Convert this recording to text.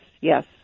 yes